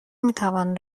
میتوان